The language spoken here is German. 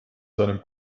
seinem